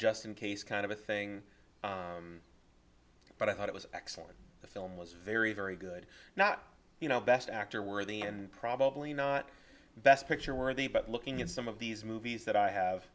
just in case kind of a thing but i thought it was excellent the film was very very good now you know best actor worthy and probably not the best picture worthy but looking at some of these movies that i have